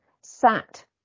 sat